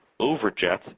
overjets